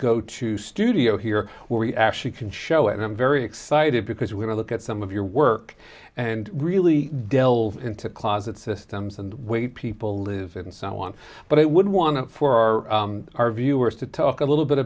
go to studio here where we actually can show and i'm very excited because when i look at some of your work and really delve into closets systems and way people lives and so on but i wouldn't want to for our our viewers to talk a little bit